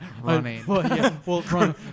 running